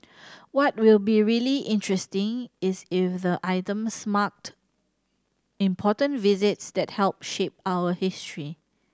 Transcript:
what will be really interesting is if the items marked important visits that helped shape our history